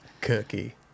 Cookie